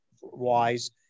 wise